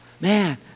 man